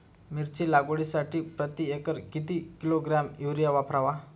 मिरची लागवडीसाठी प्रति एकर किती किलोग्रॅम युरिया वापरावा?